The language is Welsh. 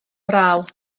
braw